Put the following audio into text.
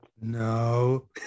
No